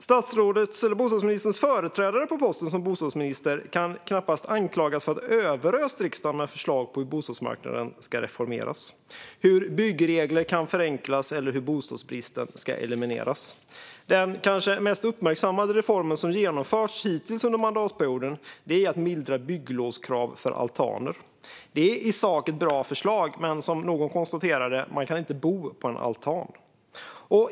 Statsrådets företrädare på posten som bostadsminister kan knappast anklagas för att ha överöst riksdagen med förslag på hur bostadsmarknaden ska reformeras, hur byggregler kan förenklas eller hur bostadsbristen ska elimineras. Den kanske mest uppmärksammade reform som genomförts hittills under mandatperioden är att mildra bygglovskraven för altaner. Det är i sak ett bra förslag, men som någon konstaterade kan man inte bo på en altan.